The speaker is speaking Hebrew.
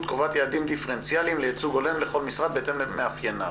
קובעת יעדים דיפרנציאליים לייצוג הולם לכל משרד בהתאם למאפייניו.